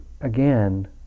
again